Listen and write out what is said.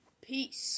Peace